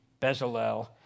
Bezalel